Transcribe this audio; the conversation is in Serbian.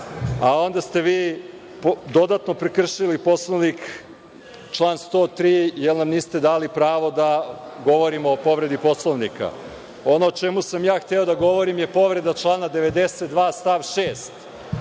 a onda ste vi dodatno prekršili Poslovnik, član 103, jer nam niste dali pravo da govorimo o povredi Poslovnika. Ono o čemu sam hteo da govorim je povreda člana 92. stav 6.